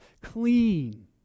clean